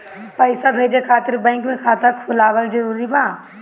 पईसा भेजे खातिर बैंक मे खाता खुलवाअल जरूरी बा?